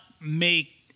make